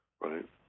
right